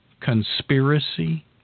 conspiracy